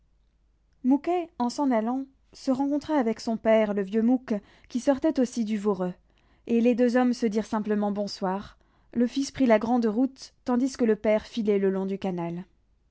mouquet en s'en allant se rencontra avec son père le vieux mouque qui sortait aussi du voreux et les deux hommes se dirent simplement bonsoir le fils prit la grande route tandis que le père filait le long du canal